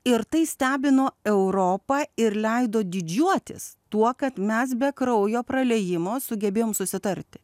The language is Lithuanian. ir tai stebino europą ir leido didžiuotis tuo kad mes be kraujo praliejimo sugebėjom susitarti